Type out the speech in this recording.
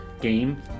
game